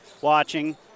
watching